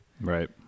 right